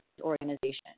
organization